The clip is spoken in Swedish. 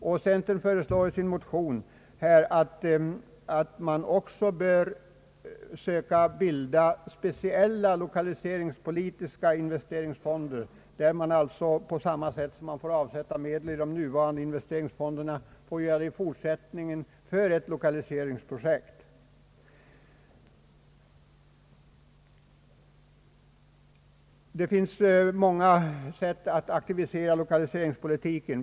I centerpartimotionen föreslås att man också skall söka bilda speciella lokaliseringspolitiska investeringsfonder, där medel på samma sätt som sker beträffande de nuvarande investeringsfonderna i fortsättningen skall få avsättas för lokaliseringsprojekt. Det finns många sätt att aktivisera lokaliseringsverksamheten.